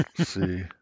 See